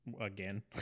Again